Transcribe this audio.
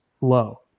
low